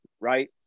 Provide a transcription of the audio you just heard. right